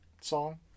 song